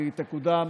והיא תקודם,